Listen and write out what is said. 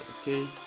okay